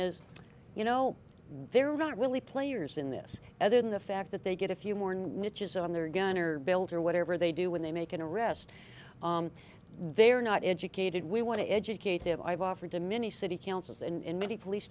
is you know they're not really players in this other than the fact that they get a few more niches on their gun or belt or whatever they do when they make an arrest they are not educated we want to educate them i've offered to many city councils and many police